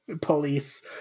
Police